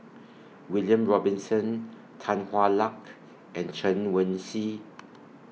William Robinson Tan Hwa Luck and Chen Wen Hsi